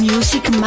Music